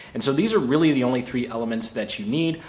and so these are really the only three elements that you need.